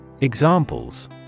Examples